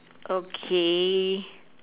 okay